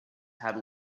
had